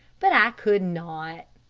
but i could not.